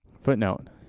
Footnote